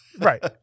right